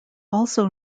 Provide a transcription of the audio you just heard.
also